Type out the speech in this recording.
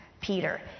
Peter